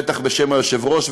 בטח בשם היושב-ראש,